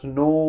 no